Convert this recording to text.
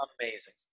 Amazing